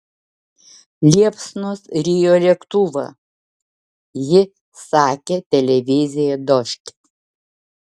liepsnos rijo lėktuvą ji sakė televizijai dožd